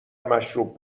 مشروب